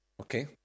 Okay